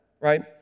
right